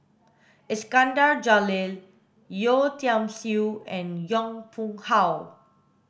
Iskandar Jalil Yeo Tiam Siew and Yong Pung How